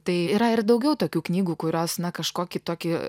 tai yra ir daugiau tokių knygų kurios na kažkokį tokį